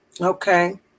Okay